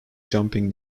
jumping